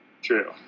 True